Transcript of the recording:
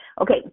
Okay